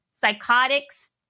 psychotics